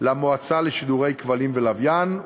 למועצה לשידורי כבלים ולוויין,